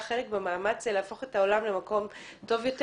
חלק במאמץ להפוך את העולם למקום טוב יותר.